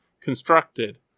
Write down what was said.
constructed